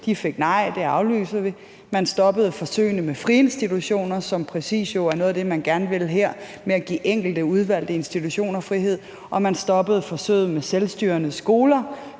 de fik nej, det aflyste man. Man stoppede forsøgene med friinstitutioner, som jo præcis er noget af det, man gerne vil her, med at give enkelte institutioner frihed, og man stoppede forsøget med selvstyrende skoler,